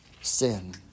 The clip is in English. sin